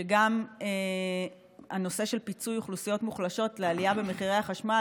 שגם הנושא של פיצוי אוכלוסיות מוחלשות בעלייה במחירי החשמל